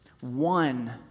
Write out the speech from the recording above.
One